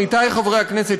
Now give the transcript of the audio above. עמיתי חברי הכנסת,